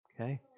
Okay